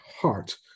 heart